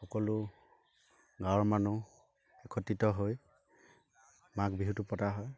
সকলো গাঁৱৰ মানুহ একত্ৰিত হৈ মাঘ বিহুটো পতা হয়